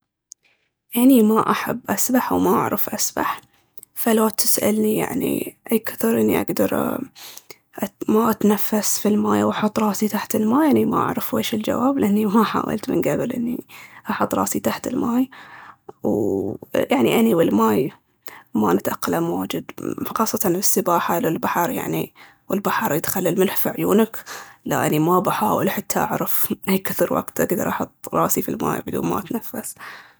اني ما احب اسبح وما اعرف اسبح، فلو تسألني يعني اي كثر اني اقدر ما اتنفس في الماي واحط راسي تحت الماي، اني ما اعرف ويش الجواب لأني ما حاولت من قبل اني احط راسي تحت الماي ويعني اني والماي ما نتأقلم واجد، فخاصةً السباحة للبحر يعني والبحر يدخل الملح في عيونك لا اني ما بحاول حتى اعرف اي كثر وقت اقدر احط راسي في الماي بدون ما اتنفس